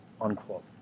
Unquote